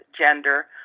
gender